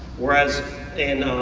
whereas in